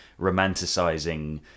romanticising